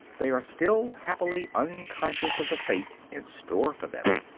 they are still happily unconscious of the fate in store for them.